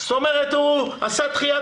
זאת אומרת הוא עשה דחיית